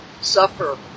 suffer